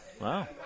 Wow